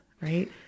right